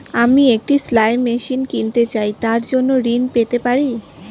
আমি একটি সেলাই মেশিন কিনতে চাই তার জন্য ঋণ পেতে পারি?